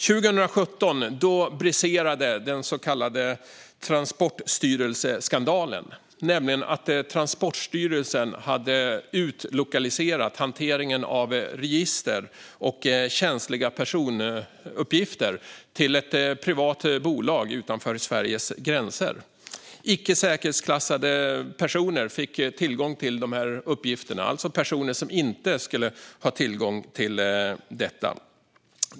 År 2017 briserade den så kallade Transportstyrelseskandalen, nämligen att Transportstyrelsen hade utlokaliserat hanteringen av register och känsliga personuppgifter till ett privat bolag utanför Sveriges gränser. Icke säkerhetsklassade personer fick då tillgång till dessa uppgifter, alltså personer som inte skulle ha tillgång till dem.